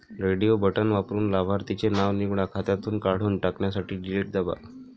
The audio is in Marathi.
रेडिओ बटण वापरून लाभार्थीचे नाव निवडा, खात्यातून काढून टाकण्यासाठी डिलीट दाबा